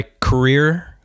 career